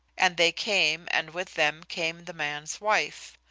and they came, and with them came the man's wife.